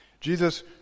Jesus